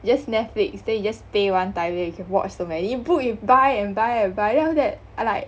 you just Netflix then you just pay one time and you can watch so many book you buy and buy and buy then after that ah like